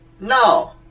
No